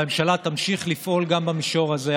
והממשלה תמשיך לפעול גם במישור הזה,